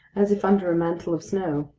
as if under a mantle of snow.